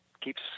keeps